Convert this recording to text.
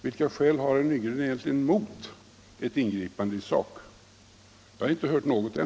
Vilka skäl i sak har egentligen herr Nygren mot ett ingripande? Jag har inte hört något än.